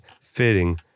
fitting